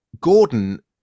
Gordon